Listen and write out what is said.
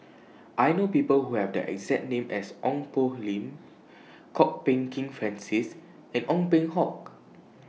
I know People Who Have The exact name as Ong Poh Lim Kwok Peng Kin Francis and Ong Peng Hock